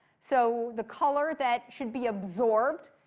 so the color that should be absorbed,